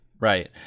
right